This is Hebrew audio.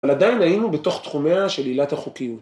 ‫אבל עדיין היינו בתוך תחומיה ‫של עילת החוקיות.